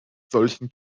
solchen